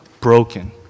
broken